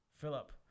Philip